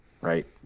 Right